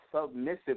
submissive